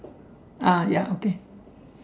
uh ya okay